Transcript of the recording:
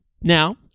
Now-